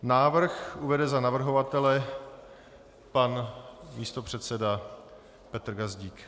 Návrh uvede za navrhovatele pan místopředseda Petr Gazdík.